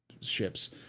ships